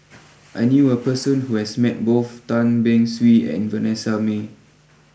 I knew a person who has met both Tan Beng Swee and Vanessa Mae